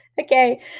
Okay